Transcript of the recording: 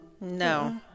No